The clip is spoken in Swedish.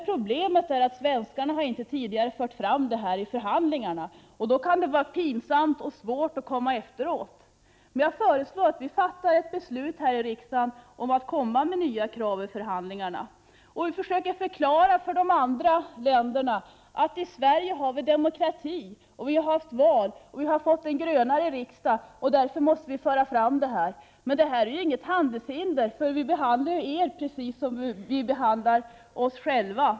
Problemet är att svenskarna inte tidigare har fört fram detta i förhandlingarna, och då kan det vara pinsamt och svårt att komma efteråt. Jag föreslår att vi fattar ett beslut i riksdagen om att föra fram nya krav i förhandlingarna. Vi försöker förklara för de andra länderna att vi i Sverige har demokrati, att vi har haft val, har fått en grönare riksdag och därför måste föra fram detta. Det är inget handelshinder, för ”vi behandlar er som vi behandlar oss själva”.